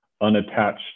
unattached